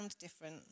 different